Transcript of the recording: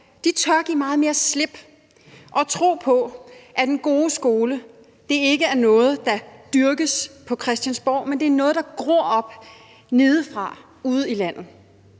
tør give meget mere slip og tro på, at den gode skole ikke er noget, der dyrkes på Christiansborg, men at det er noget, der gror op nedefra ude i landet,